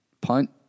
Punt